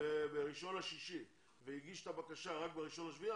ב-1 ביוני והגיש את הבקשה רק ב-1 ביולי,